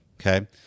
Okay